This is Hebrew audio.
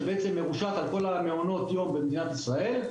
שמרושת על כל מעונות היום במדינת ישראל.